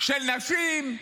של נשים?